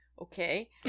Okay